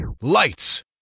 Lights